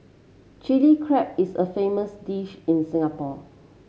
Chilli Crab is a famous dish in Singapore